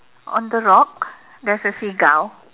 on the rock there's a seagull